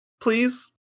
please